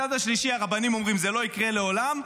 מהצד השלישי, הרבנים אומרים: זה לא יקרה לעולם.